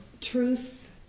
truth